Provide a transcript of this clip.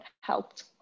helped